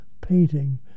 painting